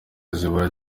zibura